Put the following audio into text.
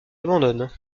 abandonne